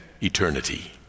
eternity